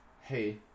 hey